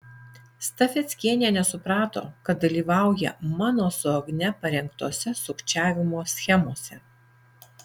stafeckienė nesuprato kad dalyvauja mano su agne parengtose sukčiavimo schemose